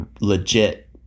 legit